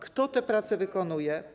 Kto te prace wykonuje?